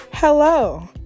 Hello